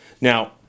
Now